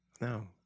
No